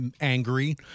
angry